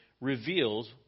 reveals